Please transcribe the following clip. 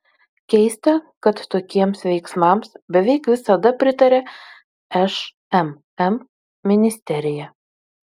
keista kad tokiems veiksmams beveik visada pritaria šmm ministerija